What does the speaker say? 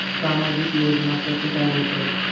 सामाजिक योजना कसे तयार होतत?